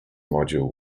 module